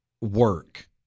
work